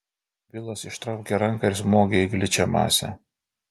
bilas ištraukė ranką ir smogė į gličią masę